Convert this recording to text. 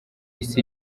isi